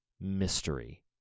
mystery